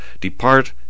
DEPART